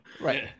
Right